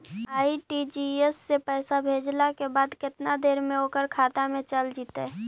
RTGS से पैसा भेजला के बाद केतना देर मे ओकर खाता मे चल जितै?